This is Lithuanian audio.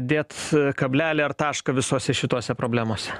dėt kablelį ar tašką visose šitose problemose